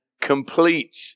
complete